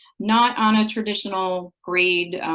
not on a traditional grade,